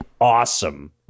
awesome